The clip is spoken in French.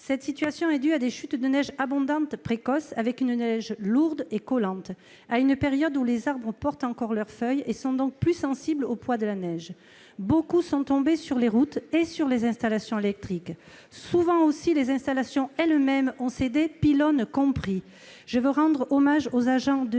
Cette situation est due à des chutes de neige abondantes précoces, avec une neige lourde et collante, à une période où les arbres portent encore leurs feuilles et sont donc plus sensibles au poids de la neige. Beaucoup sont tombés sur les routes et sur les installations électriques. Souvent aussi, les installations elles-mêmes ont cédé, pylônes compris.